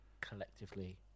collectively